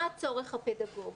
מה הצורך הפדגוגי,